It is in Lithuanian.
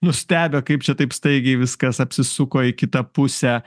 nustebę kaip čia taip staigiai viskas apsisuko į kitą pusę